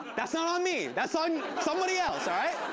that's not on me, that's on somebody else. all right?